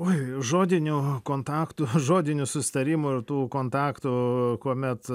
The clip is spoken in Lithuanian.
oi žodinių kontaktų žodinių susitarimų ir tų kontaktų kuomet